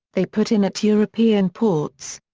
they put in at european ports.